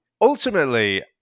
ultimately